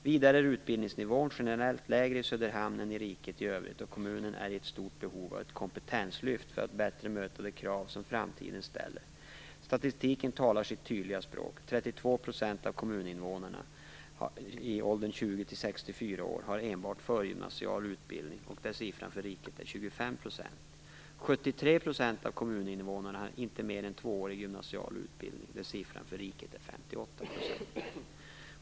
Vidare är utbildningsnivån generellt lägre i Söderhamn än i riket i övrigt, och kommunen är i ett stort behov av ett kompetenslyft för att bättre möta de krav som framtiden ställer. Statistiken talar sitt tydliga språk: 32 % av kommuninvånarna i åldern 20-64 år har enbart förgymnasial utbildning, där siffran för riket är 25 %. 73 % av kommuninvånarna har inte mer än tvåårig gymnasial utbildning, där siffran för riket är 58 %.